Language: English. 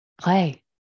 play